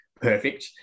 perfect